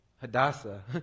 Hadassah